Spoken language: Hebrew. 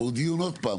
אבל עוד פעם,